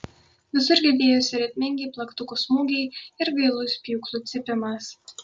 visur girdėjosi ritmingi plaktukų smūgiai ir gailus pjūklų cypimas